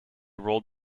rolled